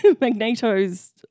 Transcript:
Magneto's